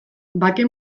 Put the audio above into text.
bake